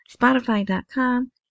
Spotify.com